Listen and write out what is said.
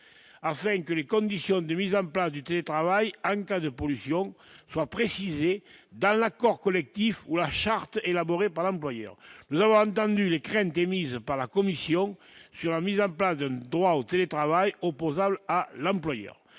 que les conditions de mise en place du télétravail Anita de pollution faut préciser dans l'accord collectif, la charte élaborée par l'employeur, nous avons entendu les craintes d'émise par la commission sur la mise à bas donne droit au télétravail opposable à l'employeur,